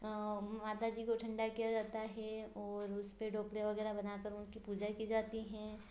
माता जी को ठंडा किया जाता है और इसपे धोपले वगैरह बनाकर पूजा की जाती है